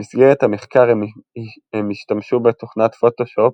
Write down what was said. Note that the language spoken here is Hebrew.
במסגרת המחקר הם השתמשו בתוכנת 'פוטושופ'